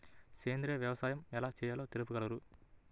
సేంద్రీయ వ్యవసాయం ఎలా చేయాలో తెలుపగలరు?